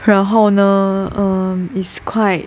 然后呢 um is quite